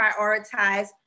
prioritize